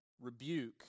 rebuke